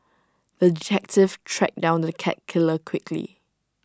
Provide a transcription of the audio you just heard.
the detective tracked down the cat killer quickly